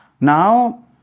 Now